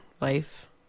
life